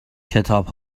کتاب